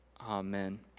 Amen